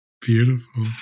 Beautiful